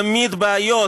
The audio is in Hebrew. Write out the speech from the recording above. ומעמיד בעיות